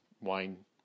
wine